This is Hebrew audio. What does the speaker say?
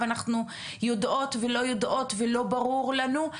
ואנחנו יודעות ולא יודעות ולא ברור לנו.